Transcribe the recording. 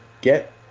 get